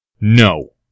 No